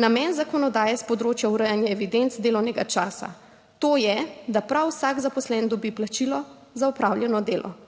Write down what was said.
namen zakonodaje s področja urejanja evidenc delovnega časa, to je, da prav vsak zaposlen dobi plačilo za opravljeno delo.